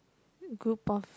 group of